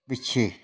ਪਿੱਛੇ